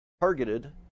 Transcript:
targeted